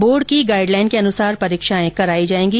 board की guideline के अनुसार परीक्षाएं कराई जाएगी